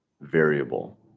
variable